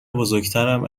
بزرگترم